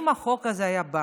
אם החוק הזה היה בא